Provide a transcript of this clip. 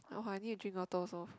how ah I need to drink water also